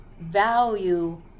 value